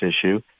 issue